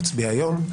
נצביע היום,